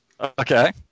Okay